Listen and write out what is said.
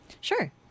Sure